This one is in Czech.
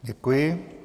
Děkuji.